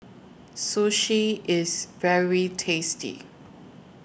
Sushi IS very tasty